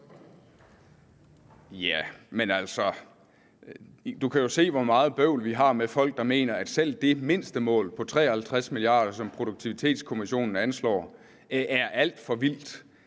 Fru Lone Loklindt kan jo se, hvor meget bøvl vi har med folk, der mener, at selv det mindstemål på 53 mia. kr., som Produktivitetskommissionen anslår, er alt for vildt.